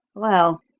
well,